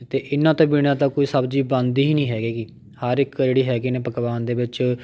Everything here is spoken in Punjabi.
ਅਤੇ ਇਹਨਾਂ ਤੋਂ ਬਿਨਾ ਤਾਂ ਕੋਈ ਸਬਜ਼ੀ ਬਣਦੀ ਹੀ ਨਹੀਂ ਹੈਗੀ ਹਰ ਇੱਕ ਜਿਹੜੀ ਹੈਗੇ ਨੇ ਪਕਵਾਨ ਦੇ ਵਿੱਚ